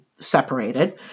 separated